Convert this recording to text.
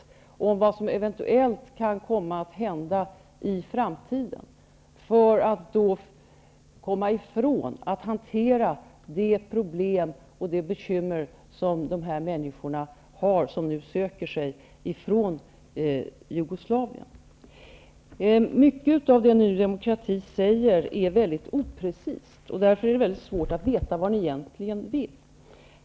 Man förespeglar vad som eventuellt kan komma att hända i framtiden för att komma ifrån att hantera de problem och bekymmer som de här människorna har, som söker sig ifrån Jugoslavien. Mycket av det som Ny demokrati säger är väldigt oprecist, och därför är det svårt att veta vad ni egentligen vill.